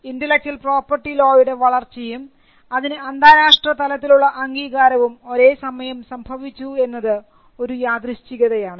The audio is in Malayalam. ഇന്റെലക്ച്വൽ പ്രോപർട്ടി ലോയുടെ വളർച്ചയും അതിന് അന്താരാഷ്ട്രതലത്തിലുള്ള അംഗീകാരവും ഒരേസമയം സംഭവിച്ചു എന്നത് ഒരു യാദൃശ്ചികതയാണ്